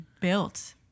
built